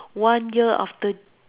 one year after